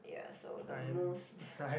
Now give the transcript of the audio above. ya so the